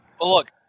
look